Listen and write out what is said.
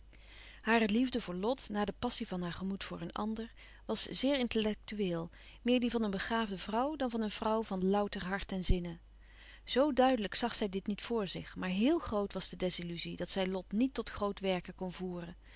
hare liefde voor lot na de passie van haar gemoed voor een ander was zeer intellectueel meer die van een begaafde vrouw dan van een vrouw van louter hart en zinnen zoo duidelijk zag zij dit niet voor zich maar heel groot was de desilluzie dat zij lot niet tot groot werken kon voeren